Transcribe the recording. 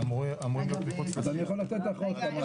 אמורים --- רגע,